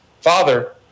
Father